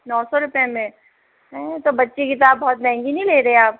नौ सौ रुपए में हैं तो बच्चा की तो बहुत महंगी नहीं ले रहे आप